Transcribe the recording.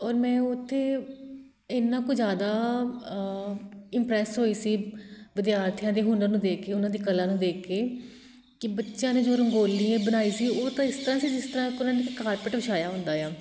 ਔਰ ਮੈਂ ਉੱਥੇ ਇੰਨਾਂ ਕੁ ਜ਼ਿਆਦਾ ਇਮਪਰੈਸ ਹੋਈ ਸੀ ਵਿਦਿਆਰਥੀਆਂ ਦੇ ਹੁਨਰ ਨੂੰ ਦੇਖ ਕੇ ਉਹਨਾਂ ਦੀ ਕਲਾ ਨੂੰ ਦੇਖ ਕੇ ਕਿ ਬੱਚਿਆਂ ਨੇ ਜੋ ਰੰਗੋਲੀ ਬਣਾਈ ਸੀ ਉਹ ਤਾਂ ਇਸ ਤਰ੍ਹਾਂ ਸੀ ਜਿਸ ਤਰ੍ਹਾਂ ਕਾਰਪੇਟ ਵਿਛਾਇਆ ਹੁੰਦਾ ਆਂ